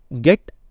get